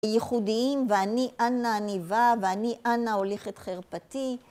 ייחודיים, ואני אנא אני בה, ואני אנה הוליך את חרפתי.